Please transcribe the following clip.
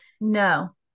no